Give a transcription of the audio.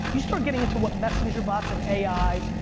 you start getting into what messenger bots and ai,